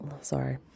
Sorry